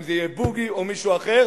אם בוגי או מישהו אחר,